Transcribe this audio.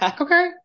Okay